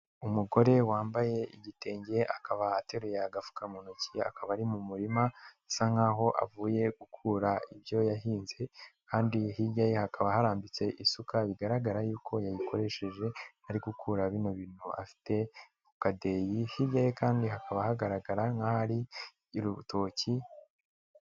Umugore wambaye igitenge akaba ateruye agafuka mu ntoki akaba ari mu murima, bisa nk'aho avuye gukura ibyo yahinze, kandi hirya ye hakaba harambitse isuka bigaragara yuko yayikoresheje ari gukura bino bintu afite mu kadeyi, hirya kandi hakaba hagaragara nk'ahari urutoki.